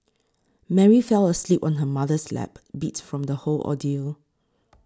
Mary fell asleep on her mother's lap beat from the whole ordeal